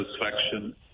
satisfaction